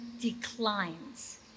declines